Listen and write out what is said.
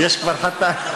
יש כבר חתן.